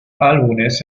álbumes